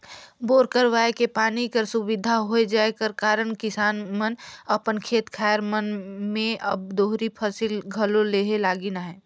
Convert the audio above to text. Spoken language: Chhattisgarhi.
बोर करवाए के पानी कर सुबिधा होए जाए कर कारन किसान मन अपन खेत खाएर मन मे अब दोहरी फसिल घलो लेहे लगिन अहे